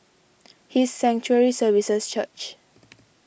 His Sanctuary Services Church